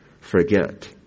forget